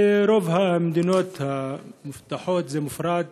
ברוב המדינות המפותחות הוא מופרד